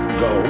go